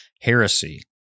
heresy